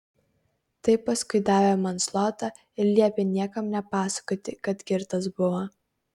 tai paskui davė man zlotą ir liepė niekam nepasakoti kad girtas buvo